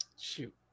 shoot